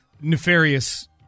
nefarious